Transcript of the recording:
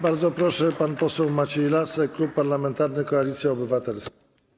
Bardzo proszę, pan poseł Maciej Lasek, Klub Parlamentarny Koalicja Obywatelska.